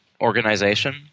organization